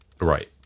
Right